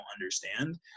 understand